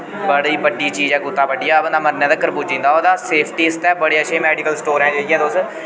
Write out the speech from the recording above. बडी बड्डी चीज ऐ कुत्ता बड्डी गेआ बन्दा मरने तकर पुज्जी जन्दा ओह्दा सेफ्टी स्टेप बड़े अच्छे मेडिकल स्टोरे जाइयै तुस